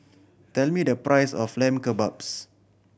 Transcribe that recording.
tell me the price of Lamb Kebabs